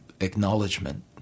acknowledgement